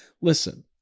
listen